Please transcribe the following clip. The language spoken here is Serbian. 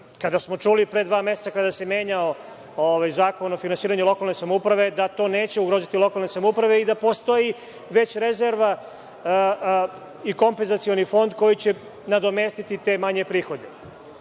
kada smo čuli pre dva meseca kada se menjao Zakon o finansiranju lokalne samouprave da to neće ugroziti lokalne samouprave i da postoji već rezerva i kompenzacioni fond koji će nadomestiti te manje prihode. Zaista